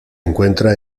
encuentra